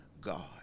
god